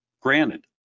Granted